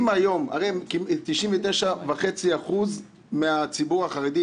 הרי 99.5% מהציבור החרדי,